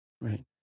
Right